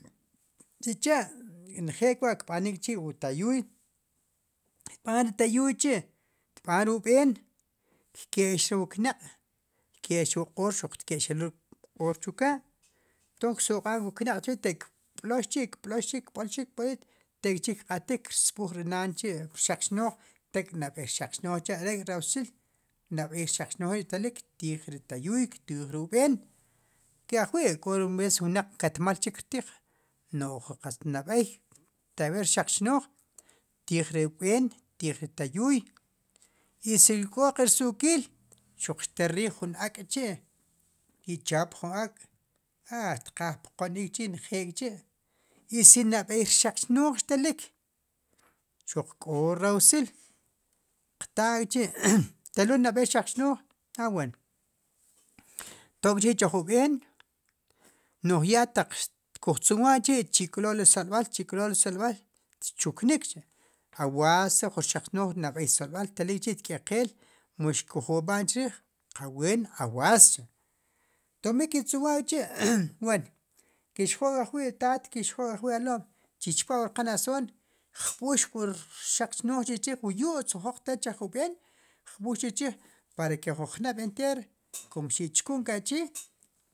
Sicha' njeel wa' kb'anik chi' wu tayuuy kb'aan ri tayuuy chi' xtb'aan re ub'een kk'e'x re wu knaq' kke'x re wu q'oor xuq kke'x reluul re wu q'oor chu kaa' entonces ksoq'a' re wu knaq' kb'lol chi', kb'lolchi' kb'lo tek'chi' kq'atik, xtsb'uuj ri naan chi' ruk' rxaq chnooj, tek'nab'ey rxaq chnooj chi' ek'rausil. nab'eey rxaq chnooj ri' xtelik, ktiij ri tayuuy ktiij ri ub'en, ke ajwi' k'o ri ves ri wnaq katmal chik kirtiij, no'j qaatz nab'ey teelb'ik rxaq chnooj, xtiij re ub'een. xtiij re'tayuuy. y sik'k'o qe rsu'kiil, xuq xtel riij jun ak'k'chi' i tchaap jun ak' a xqqaak jk'on iik chi' njeel k'chi' y si nab'ey rxaq chnooj xtelik. xuq k'o rausil, qtaak'chi' teluul nab'eey rxaq chnooj, aween, tok'chi' jun ub'een, no'j yaa taq xkujtzunwa'chi' chi k'lo'ri solb'al, chi k'lo'ri solbál, tchuknik cha' awaas re jun rxaq chnooj, nab'ey solb'al xtelik, wa'chi' xtk'eqeel, mu xkuj wab'an chriij, qa ween awaas. cha' enton mi kintzunwakchi' wen, kixjo k'ajwi'taat kixjoo k'ajwi' alo'm chi chpa wu rqan, asron xtjb'uur wu rxaq chooj chi' chriij, xtij wu yu'tz wu jroq xtel chu ub'een, xtjb'ux chi'chriij para ke jun jnob' enter, kun xi'chkun ke achi'.